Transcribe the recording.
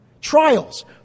Trials